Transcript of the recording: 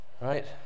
right